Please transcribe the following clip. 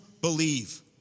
believe